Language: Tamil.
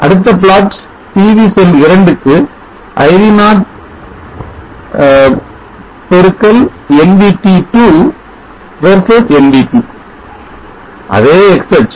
அடுத்த plot PV செல் 2 க்கு iv0 x nvt2 versus nvt அதே x அச்சு